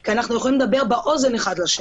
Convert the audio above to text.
כי אנחנו יכולים לדבר באוזן אחד לשני.